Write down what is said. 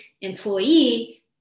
employee